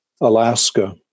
Alaska